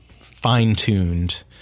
fine-tuned